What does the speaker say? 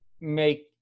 make